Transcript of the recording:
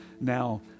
now